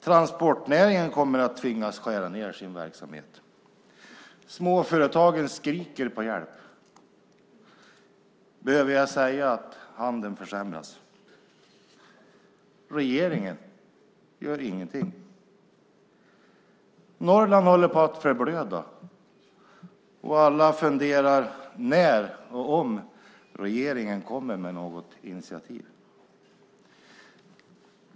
Transportnäringen kommer att tvingas skära ned sin verksamhet. Småföretagen skriker på hjälp. Behöver jag säga att handeln försämras? Regeringen gör ingenting. Norrland håller på att förblöda. Alla funderar på när och om regeringen kommer med något initiativ.